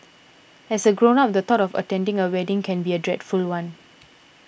as a grown up the thought of attending a wedding can be a dreadful one